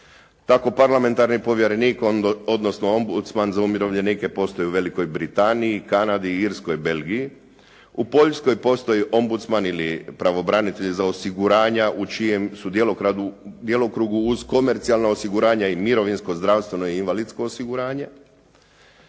Tako parlamentarnim povjerenikom, odnosno Ombudsman za umirovljenike postoje u Velikoj Britaniji, Kanadi, Irskoj, Belgiji, u Poljskoj postoji Ombudsman ili pravobranitelj za osiguranja u čijem su djelokrugu uz komercijalan osiguranja i mirovinsko i zdravstveno i invalidsko osiguranje,